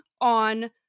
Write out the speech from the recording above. on